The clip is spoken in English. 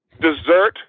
dessert